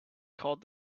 called